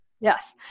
Yes